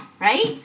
right